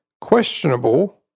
questionable